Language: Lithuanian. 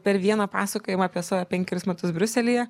per vieną pasakojimą apie save penkerius metus briuselyje